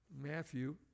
Matthew